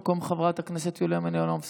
במקום חברת הכנסת יוליה מלינובסקי.